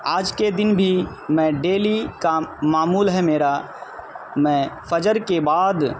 آج کے دن بھی میں ڈیلی کا معمول ہے میرا میں فجر کے بعد